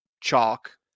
chalk